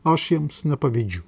aš jiems nepavydžiu